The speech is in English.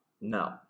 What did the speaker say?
No